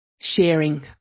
sharing